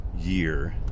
year